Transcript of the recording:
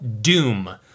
Doom